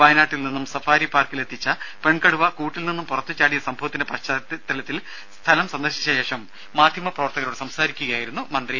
വയനാട്ടിൽ നിന്നും സഫാരി പാർക്കിൽ എത്തിച്ച പെൺകടുവ കൂട്ടിൽ നിന്നും പുറത്തുചാടിയ സംഭവത്തിന്റെ പശ്ചാത്തലത്തിൽ സ്ഥലം സന്ദർശിച്ച ശേഷം മാധ്യമപ്രവർത്തകരോട് സംസാരിക്കുകയായിരുന്നു അദ്ദേഹം